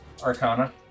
arcana